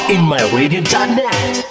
InMyRadio.net